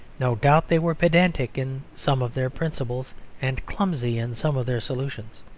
no doubt they were pedantic in some of their principles and clumsy in some of their solutions.